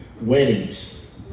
Weddings